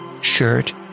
shirt